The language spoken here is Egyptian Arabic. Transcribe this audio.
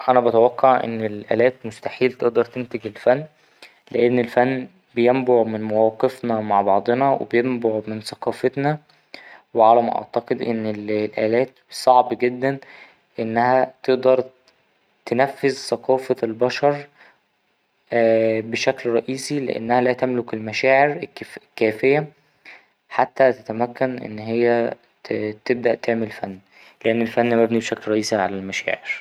أنا بتوقع إن الألات مستحيل تقدر تنتج الفن لأن الفن بينبع من مواقفنا مع بعضنا وبينبع من ثقافتنا وعلى ما أعتقد إن الألات صعب جدا إنها تقدر تنفذ ثقافة البشر بشكل رئيسي لأنها لا تملك المشاعر الكـ ـ الكافية حتى تتمكن إن هي تـ ـ تبدأ تعمل فن لأن الفن مبني بشكل رئيسي على المشاعر.